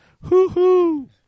Hoo-hoo